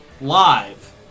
live